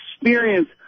experience